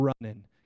running